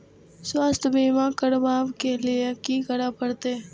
स्वास्थ्य बीमा करबाब के लीये की करै परतै?